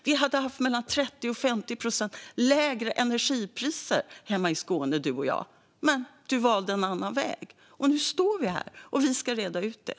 Vi hade enligt forskare kunnat ha 30-50 procent lägre energipriser hemma i Skåne, ledamoten och jag. Men han valde en annan väg. Nu står vi här, och vi ska reda ut det.